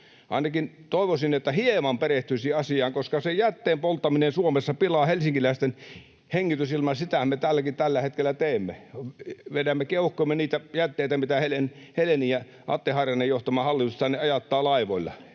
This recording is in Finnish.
Ainakin toivoisin, että hieman perehtyisi asiaan, koska se jätteen polttaminen Suomessa pilaa helsinkiläisten hengitysilman. Sitähän me täälläkin tällä hetkellä teemme, vedämme keuhkoihimme niitä jätteitä, mitä Helen ja Atte Harjanteen johtama hallitus tänne ajattavat laivoilla.